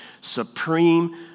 supreme